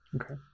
Okay